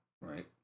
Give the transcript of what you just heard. Right